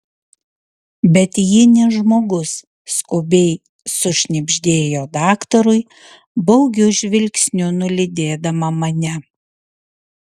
bet ji ne žmogus skubiai sušnibždėjo daktarui baugiu žvilgsniu nulydėdama mane